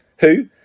Who